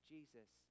Jesus